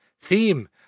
theme